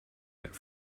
that